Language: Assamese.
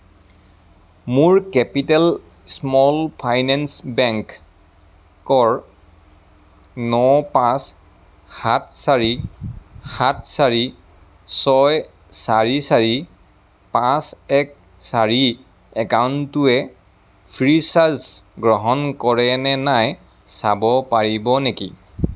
মোৰ কেপিটেল স্মল ফাইনেন্স বেংকৰ ন পাঁচ সাত চাৰি সাত চাৰি ছয় চাৰি চাৰি পাঁচ এক চাৰি একাউণ্টটোৱে ফ্ৰীচাৰ্জ গ্ৰহণ কৰে নে নাই চাব পাৰিব নেকি